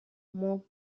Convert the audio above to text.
mon